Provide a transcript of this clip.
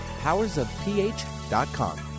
powersofph.com